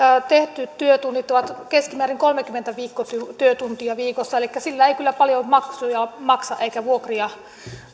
tehdyt työtunnit ovat keskimäärin kolmekymmentä työtuntia viikossa elikkä sillä ei kyllä paljon maksuja maksa eikä vuokria